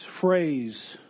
phrase